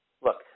look